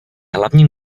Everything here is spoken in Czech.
hlavním